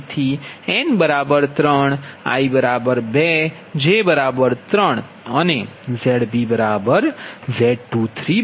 તેથી n 3 i 2 j 3 અને ZbZ23 0